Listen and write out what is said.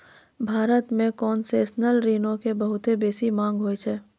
भारत मे कोन्सेसनल ऋणो के बहुते बेसी मांग होय छै